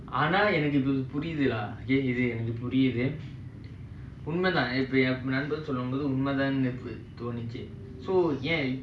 ஆனாஎனக்குஇதுபுரியுதுடாஇதுஎனக்குபுரியுதுஉண்மைதான்என்நண்பன்சொன்னப்போஇதுஉண்மைதானுதோணுச்சு:aana enaku idhu puriuthuda idhu enakku puriuthu unmathan en nanbam sonnapo idhu unmaithanu thonuchu so ஏன்:yen